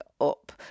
up